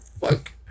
fuck